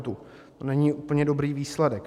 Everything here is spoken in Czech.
To není úplně dobrý výsledek.